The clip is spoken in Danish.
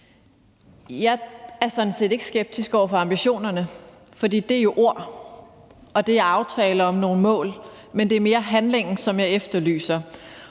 Jeg er sådan set ikke skeptisk over for ambitionerne, for det er jo ord, og det er aftaler om nogle mål. Det er mere handlingen, jeg efterlyser.